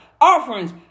offerings